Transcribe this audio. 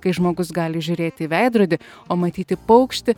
kai žmogus gali žiūrėti į veidrodį o matyti paukštį